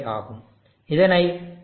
75 ஆகும் இதனை 0